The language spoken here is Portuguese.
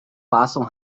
passam